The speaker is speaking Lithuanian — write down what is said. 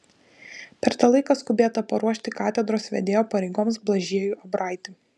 per tą laiką skubėta paruošti katedros vedėjo pareigoms blažiejų abraitį